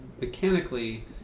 mechanically